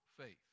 faith